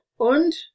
und